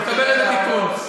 אני מקבל את התיקון.